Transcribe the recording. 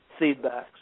feedbacks